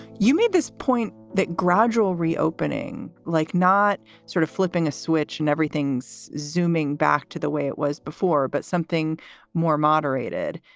you made this point that gradual reopening, like not sort of flipping a switch and everything's zooming back to the way it was before. but something more moderated.